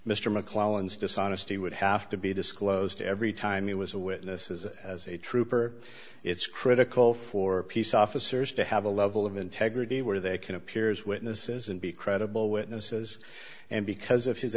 mr mcclellan's dishonesty would have to be disclosed every time he was a witness as as a trooper it's critical for peace officers to have a level of integrity where they can appears witnesses and be credible witnesses and because of his